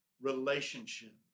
relationship